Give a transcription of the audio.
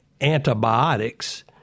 antibiotics –